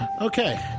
Okay